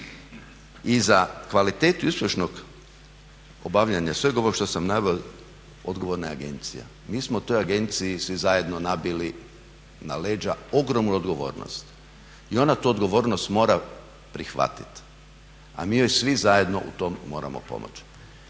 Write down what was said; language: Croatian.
I za kvalitetu uspješnog obavljanja sveg ovog što sam naveo odgovorna je agencija. Mi smo toj agenciji svi zajedno nabili na leđa ogromnu odgovornost i ona tu odgovornost mora prihvatiti a mi joj svi zajedno u tom moramo pomoći.